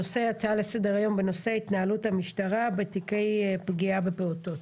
הנושא הוא הצעה לסדר היום בנושא התנהלות המשטרה בתיקי פגיעה בפעוטות.